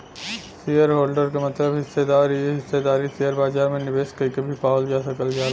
shareholder क मतलब हिस्सेदार इ हिस्सेदारी शेयर बाजार में निवेश कइके भी पावल जा सकल जाला